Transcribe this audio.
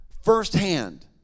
Firsthand